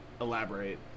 Elaborate